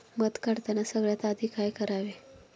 मध काढताना सगळ्यात आधी काय करावे?